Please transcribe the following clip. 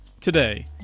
Today